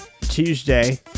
Tuesday